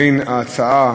בין ההצעה: